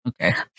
Okay